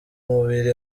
mubiri